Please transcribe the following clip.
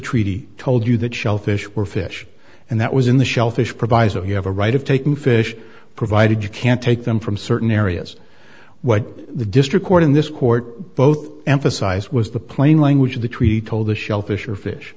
treaty told you that shellfish were fish and that was in the shellfish proviso you have a right of taking fish provided you can't take them from certain areas what the district court in this court both emphasized was the plain language of the treaty told the shellfish or fish